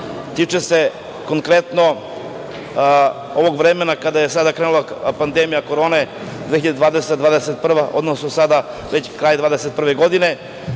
tiče se konkretno ovog vremena, kada je sada krenula pandemija korone 2020–2021. godine, odnosno sada već kraj 2021. godine,